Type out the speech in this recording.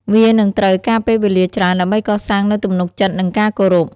វានឹងត្រូវការពេលវេលាច្រើនដើម្បីកសាងនូវទំនុកចិត្តនិងការគោរព។